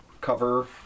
Cover